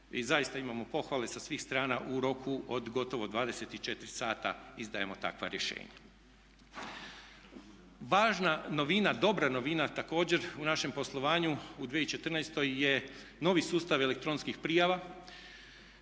i zaista imamo pohvale sa svih strana u roku od gotovo 24 sata izdajemo takva rješenja. Važna novina, dobra novina također u našem poslovanju u 2014.je novi sustav elektronskih prijava.